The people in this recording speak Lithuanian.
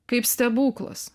kaip stebuklas